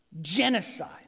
genocide